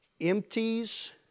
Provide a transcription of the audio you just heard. empties